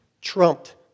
trumped